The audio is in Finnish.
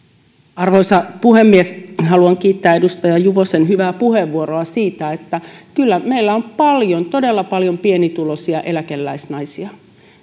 arvoisa puhemies haluan kiittää edustaja juvosen hyvää puheenvuoroa siitä että kyllä meillä on paljon todella paljon pienituloisia eläkeläisnaisia